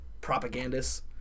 propagandists